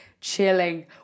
Chilling